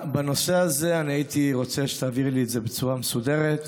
בנושא הזה הייתי רוצה שתעבירי לי את זה בצורה מסודרת,